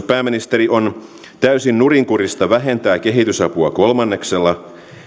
pääministeri on täysin nurinkurista vähentää kehitysapua kolmanneksella